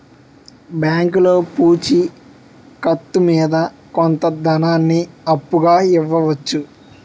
బ్యాంకులో పూచి కత్తు మీద కొంత ధనాన్ని అప్పుగా ఇవ్వవచ్చు